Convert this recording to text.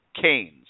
Canes